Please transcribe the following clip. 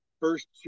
first